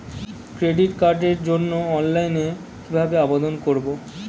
Credit কার্ডের জন্য অনলাইনে কিভাবে আবেদন করব?